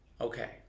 Okay